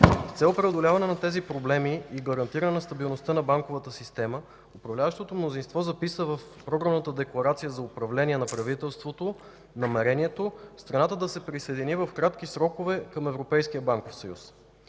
цел преодоляване на тези проблеми и гарантиране на стабилността на банковата система управляващото мнозинство записа в Програмната декларация за управление на правителството намерението страната да се присъедини в кратки срокове към Европейския банков съюз.